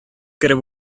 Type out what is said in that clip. кереп